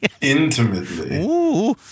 Intimately